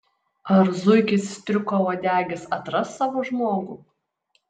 ar zuikis striukauodegis atras savo žmogų